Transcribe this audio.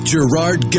Gerard